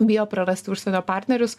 bijo prarasti užsienio partnerius